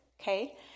okay